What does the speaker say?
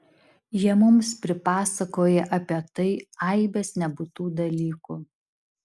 jie mums pripasakoja apie tai aibes nebūtų dalykų